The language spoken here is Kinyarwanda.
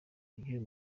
ry’uyu